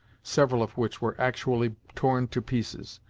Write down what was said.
several of which were actually torn to pieces,